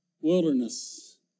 wilderness